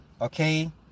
okay